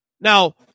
Now